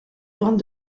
vingt